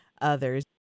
others